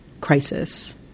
crisis